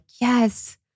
yes